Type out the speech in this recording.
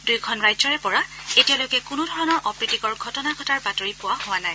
দুয়োখন ৰাজ্যৰে পৰা এতিয়ালৈকে কোনো ধৰণৰ অপ্ৰীতিকৰ ঘটনা ঘটাৰ বাতৰি পোৱা হোৱা নাই